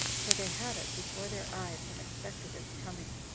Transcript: for they had it before their eyes, and expected its coming.